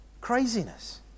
Craziness